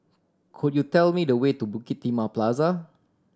could you tell me the way to Bukit Timah Plaza